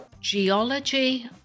geology